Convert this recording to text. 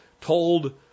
told